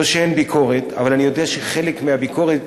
לא שאין ביקורת, אבל אני יודע שחלק מהביקורת